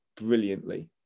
brilliantly